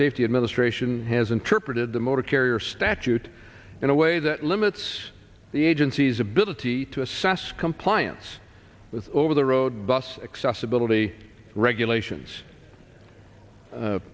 safety administration has interpreted the motor carrier statute in a way that limits the agency's ability to assess compliance with over the road bus accessibility regulations